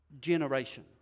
generation